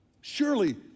surely